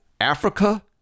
Africa